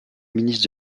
ministre